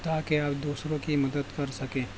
تا کہ آپ دوسروں کی مدد کر سکے